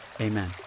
Amen